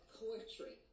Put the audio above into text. poetry